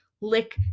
lick